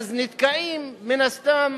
נתקעים מן הסתם